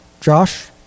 Josh